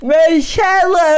Michelle